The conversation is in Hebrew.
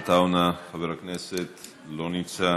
עטאונה, חבר הכנסת, לא נמצא.